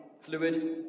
fluid